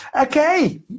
Okay